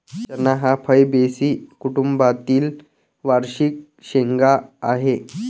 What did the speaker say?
चणा हा फैबेसी कुटुंबातील वार्षिक शेंगा आहे